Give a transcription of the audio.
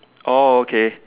oh okay